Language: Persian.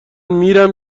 میرم